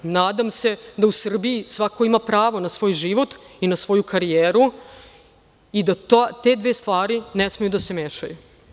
Nadam se da u Srbiji svako ima pravo na svoj život i na svoju karijeru i da te dve stvari ne smeju da se mešaju.